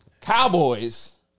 Cowboys